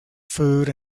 food